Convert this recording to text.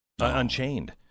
unchained